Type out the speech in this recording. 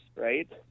right